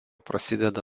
prasideda